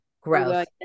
growth